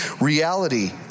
reality